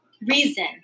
reason